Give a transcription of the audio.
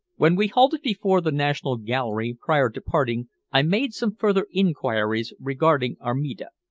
when we halted before the national gallery prior to parting i made some further inquiries regarding armida,